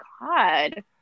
God